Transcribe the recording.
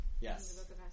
Yes